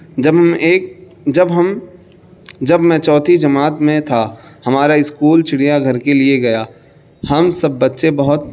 جب میں ایک جب ہم جب میں چوتھی جماعت میں تھا ہمارا اسکول چڑیا گھر کے لیے گیا ہم سب بچے بہت